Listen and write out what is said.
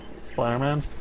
Spider-Man